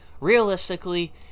Realistically